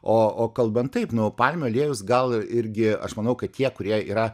o o kalbant taip nu palmių aliejaus gal irgi aš manau kad tie kurie yra